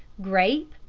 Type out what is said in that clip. grape,